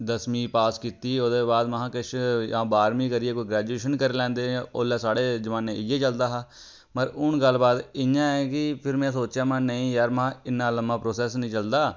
दसमीं पास कीती ओह्दे बाद महां किश जां बाह्रमीं करियै कोई ग्रैजुऐशन करी लैंदे ओल्लै साढ़े जमाने इ'यै चलदा हा मगर हून गल्लबात इ'यां ऐ कि फिर में सोचेआ में नेईं जार महां इन्ना लम्मां प्रोसैस नेईं चलदा